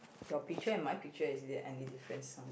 your picture and my picture is there any difference